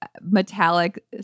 metallic